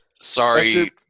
sorry